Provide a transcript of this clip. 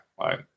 right